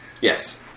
Yes